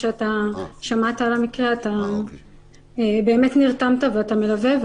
ששמעת על המקרה באמת נרתמת ואתה מלווה.